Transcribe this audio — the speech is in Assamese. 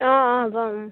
অঁ অঁ হ'ব